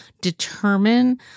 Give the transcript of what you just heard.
determine